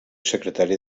secretari